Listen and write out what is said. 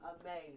amazing